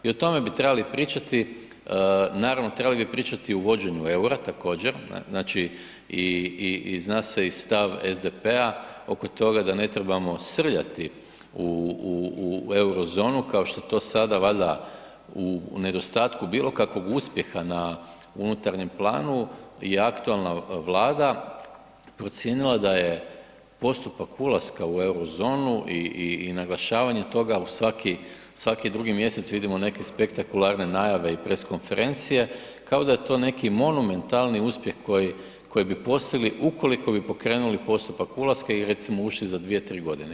I o tome bi trebali pričati, naravno trebali bi pričati o uvođenju EUR-a također, znači i zna se i stav SDP-a oko toga da ne trebamo srljati u euro zonu kao što to sada valjda u nedostatku bilo kakvog uspjeha na unutarnjem planu je aktualna Vlada procijenila da je postupak ulaska u euro zonu i naglašavanje toga u svaki drugi mjesec vidimo neke spektakularne najave i press konferencije kao da je to neki monumentalni uspjeh koji bi postigli ukoliko bi pokrenuli postupak ulaska i recimo ušli za 2, 3 godine.